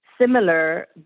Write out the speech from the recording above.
similar